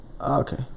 Okay